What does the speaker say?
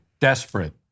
desperate